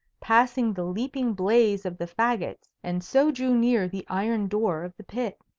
passing the leaping blaze of the fagots, and so drew near the iron door of the pit.